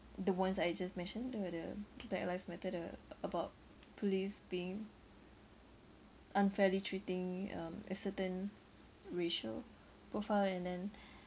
the ones I just mentioned the the black lives matter the about police being unfairly treating um a certain racial profile and then